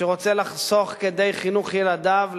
שרוצה לחסוך כדי חינוך ילדיו,